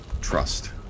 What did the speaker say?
trust